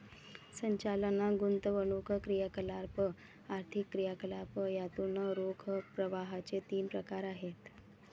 संचालन, गुंतवणूक क्रियाकलाप, आर्थिक क्रियाकलाप यातून रोख प्रवाहाचे तीन प्रकार आहेत